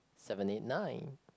seven eight nine